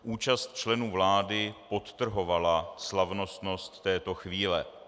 Účast členů vlády podtrhovala slavnostnost této chvíle.